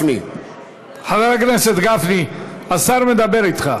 חבר הכנסת גפני, השר מדבר אתך.